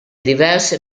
diverse